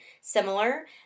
similar